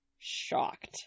shocked